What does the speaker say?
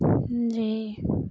جی